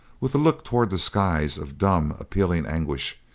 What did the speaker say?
with a look towards the skies of dumb, appealing anguish,